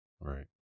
Right